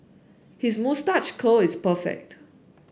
his moustache curl is perfect